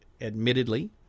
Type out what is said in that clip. admittedly